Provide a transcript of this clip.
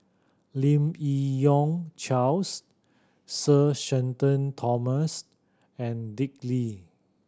Lim Yi Yong Charles Sir Shenton Thomas and Dick Lee